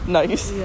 nice